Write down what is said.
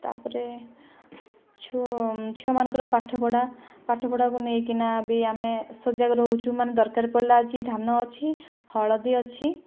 ତା'ପରେ ଛୁଆମାନଙ୍କର ପାଠପଢ଼ା ପାଠପଢ଼ାକୁ ନେଇକି ନା ବି ଆମେ ସଜାଗ ରହୁଛୁ ମାନେ ଦରକାର ପଡ଼ିଲେ ଆଜି ଧାନ ଅଛି ହଳଦୀ ଅଛି